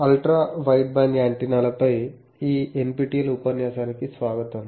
ultra wideband యాంటెన్నాలపై ఈ NPTEL ఉపన్యాసానికి స్వాగతం